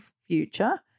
future